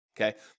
Okay